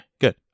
good